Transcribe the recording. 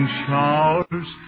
showers